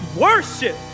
worship